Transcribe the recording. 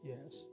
Yes